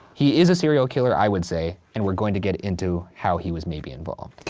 he is a serial killer, i would say. and we're going to get into how he was maybe involved. okay.